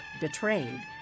betrayed